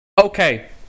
Okay